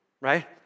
right